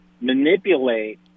manipulate